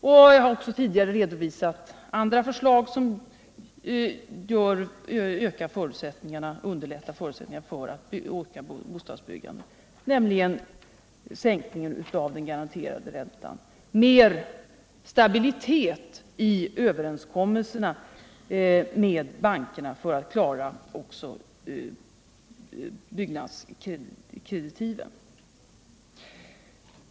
Jag har också tidigare redovisat några förslag och åtgärder som underlättar en ökning i bostadsbyggandet, nämligen sänkningen av den garanterade räntan och mer stabilitet i överenskommelserna med bankerna när det gäller all klara byggnadskreditiven.